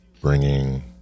Bringing